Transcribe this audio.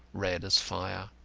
red as fire.